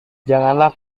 janganlah